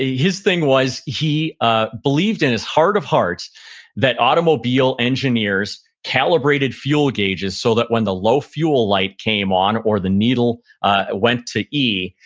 his thing was, he ah believed in his heart of hearts that automobile engineers calibrated fuel gauges so that when the low fuel light came on or the needle ah went to e,